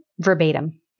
verbatim